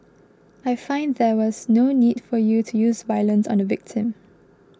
I find there was no need for you to use violence on the victim